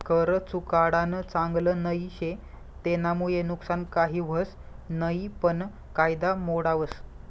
कर चुकाडानं चांगल नई शे, तेनामुये नुकसान काही व्हस नयी पन कायदा मोडावस